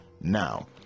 Now